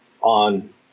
on